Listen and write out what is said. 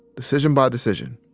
decision by decision.